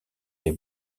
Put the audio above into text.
les